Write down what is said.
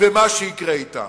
ומה שיקרה אתן.